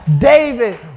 David